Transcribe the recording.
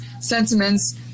sentiments